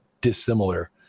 dissimilar